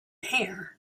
hair